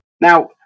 Now